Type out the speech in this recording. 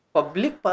Public